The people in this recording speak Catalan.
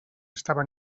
estava